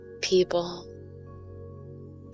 People